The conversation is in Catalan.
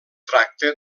tracta